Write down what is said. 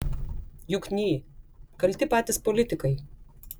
jukny kalti patys politikai